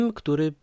który